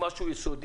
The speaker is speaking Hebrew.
אלא משהו יסודי,